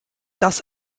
das